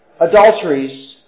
adulteries